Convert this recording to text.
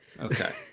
Okay